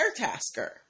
Airtasker